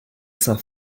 saint